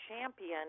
champion